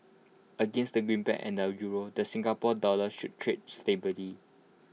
against the greenback and the euro the Singapore dollar should trade stably